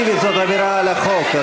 אבל אני ביקשתי הצעה לסדר.